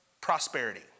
prosperity